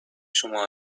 شما